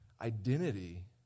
identity